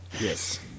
Yes